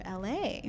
LA